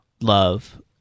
love